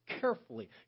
carefully